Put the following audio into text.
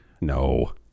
no